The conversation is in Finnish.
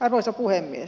arvoisa puhemies